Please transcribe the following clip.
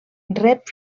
rep